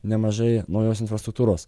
nemažai naujos infrastruktūros